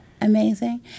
amazing